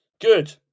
Good